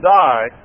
die